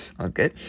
okay